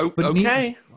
okay